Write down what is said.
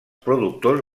productors